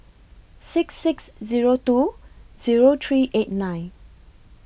six six Zero two Zero three eight nine